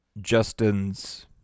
Justin's